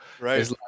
right